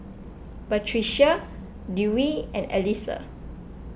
Batrisya Dewi and Alyssa